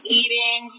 eating